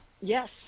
Yes